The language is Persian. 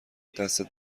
دستت